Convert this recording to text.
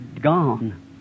gone